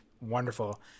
wonderful